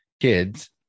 kids